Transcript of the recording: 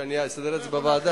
שאני אסדר את זה בוועדה.